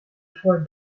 for